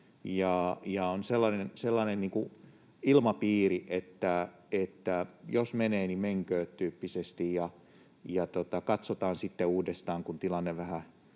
sen tyyppinen ilmapiiri, että jos menee, niin menköön, ja katsotaan sitten uudestaan, kun tilanne vähän